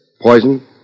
Poison